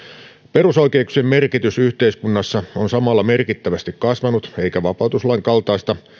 perusoikeuksien merkitys yhteiskunnassa on samalla merkittävästi kasvanut eikä vapautuslain kaltaista